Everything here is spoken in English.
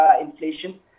inflation